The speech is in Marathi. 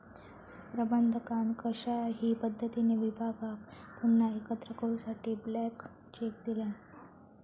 प्रबंधकान कशाही पद्धतीने विभागाक पुन्हा एकत्र करूसाठी ब्लँक चेक दिल्यान